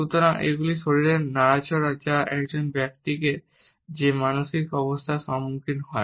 সুতরাং এগুলি শরীরের নড়াচড়া যা একজন ব্যক্তি যে মানসিক অবস্থার সম্মুখীন হয়